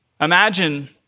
Imagine